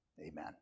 Amen